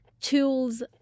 tools